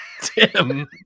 Tim